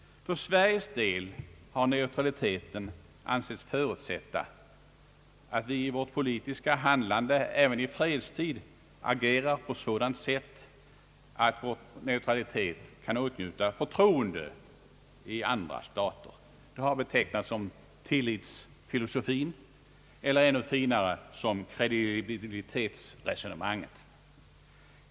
För Sveriges del har neutraliteten ansetts förutsätta att vi i vårt politiska handlande även under fredstid agerar på sådant sätt att vår neutralitet kan åtnjuta förtroende i andra stater. Det har betecknats som tillitsfilosofin, eller ännu finare som eredibilitetsresonemanget.